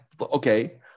okay